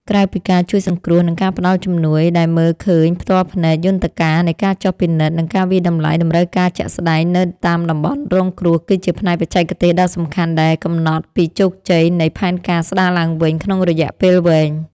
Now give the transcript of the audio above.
ក្រៅពីការជួយសង្គ្រោះ និងការផ្តល់ជំនួយដែលមើលឃើញផ្ទាល់ភ្នែក យន្តការនៃការចុះពិនិត្យ និងការវាយតម្លៃតម្រូវការជាក់ស្តែងនៅតាមតំបន់រងគ្រោះ គឺជាផ្នែកបច្ចេកទេសដ៏សំខាន់ដែលកំណត់ពីជោគជ័យនៃផែនការស្តារឡើងវិញក្នុងរយៈពេលវែង។